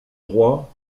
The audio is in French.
droits